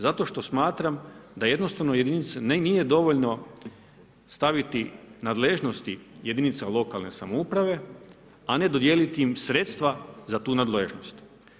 Zato što smatram da jednostavno jedinice, nije dovoljno staviti nadležnosti jedinica lokalne samouprave, a ne dodijeliti im sredstva za tu nadležnost.